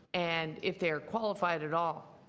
and if they are qualified at all.